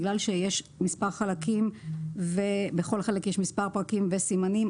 בגלל שיש מספר חלקים ובכל חלק יש מספר פרקים וסימנים,